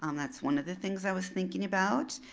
um that's one of the things i was thinking about.